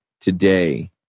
today